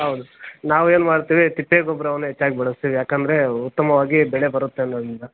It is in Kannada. ಹೌದು ನಾವೇನು ಮಾಡ್ತೀವಿ ತಿಪ್ಪೆ ಗೊಬ್ರವನ್ನು ಹೆಚ್ಚಾಗಿ ಬಳಸ್ತೀವಿ ಯಾಕೆಂದ್ರೆ ಉತ್ತಮವಾಗಿ ಬೆಳೆ ಬರುತ್ತೆ ಅನ್ನೋದ್ರಿಂದ